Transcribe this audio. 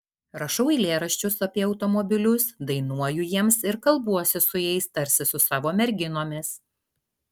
rašau eilėraščius apie automobilius dainuoju jiems ir kalbuosi su jais tarsi su savo merginomis